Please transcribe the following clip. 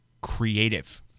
creative